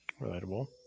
Relatable